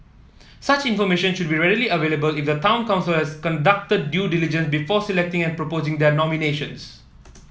such information should be readily available if the town council has conducted due diligence before selecting and proposing their nominations